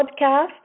podcast